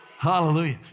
Hallelujah